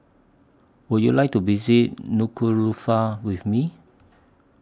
Would YOU like to visit Nuku'Alofa with Me